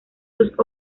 sus